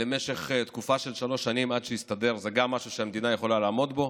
למשך תקופה של שלוש שנים עד שיסתדר גם זה משהו שהמדינה יכולה לעמוד בו.